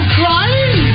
crying